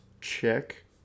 check